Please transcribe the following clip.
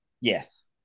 yes